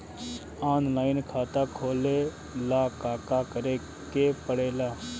Online खाता खोले ला का का करे के पड़े ला?